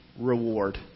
reward